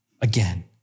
again